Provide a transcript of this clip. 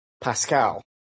Pascal